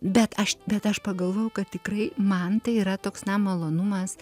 bet aš bet aš pagalvojau kad tikrai man tai yra toks na malonumas